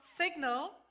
signal